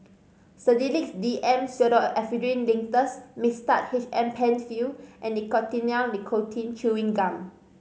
Sedilix D M Pseudoephrine Linctus Mixtard H M Penfill and Nicotinell Nicotine Chewing Gum